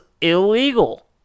illegal